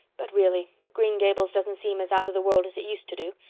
but really, green gables doesn't seem as out of the world as it used to do.